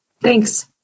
Thanks